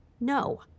No